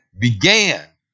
began